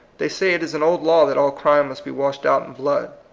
they say it is an old law that all crime must be washed out in blood.